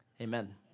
Amen